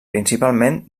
principalment